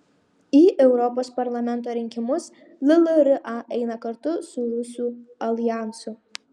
į europos parlamento rinkimus llra eina kartu su rusų aljansu